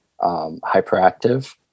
hyperactive